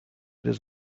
does